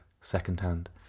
second-hand